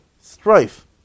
strife